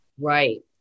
Right